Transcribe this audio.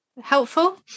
helpful